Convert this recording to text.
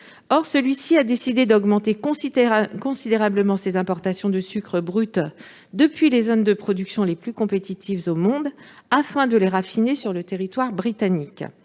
Or celui-ci a décidé d'augmenter considérablement ses importations de sucre brut depuis les zones de production les plus compétitives au monde afin de les raffiner sur le territoire britannique.